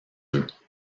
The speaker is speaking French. œufs